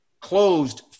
closed